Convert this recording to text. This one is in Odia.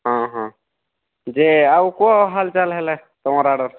ହଁ ହଁ ଯେ ଆଉ କ'ଣ ହାଲଚାଲ୍ ହେଲା ତମର ଆଡ଼ର୍